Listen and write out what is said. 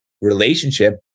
relationship